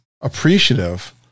appreciative